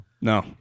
No